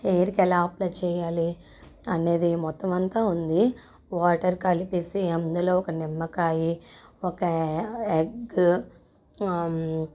హెయిర్కి ఎలా అప్లై చేయాలి అనేది మొత్తం అంతా ఉంది వాటర్ కలిపి వేసి అందులో ఒక నిమ్మకాయి ఒక ఎగ్గూ